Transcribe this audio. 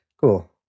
cool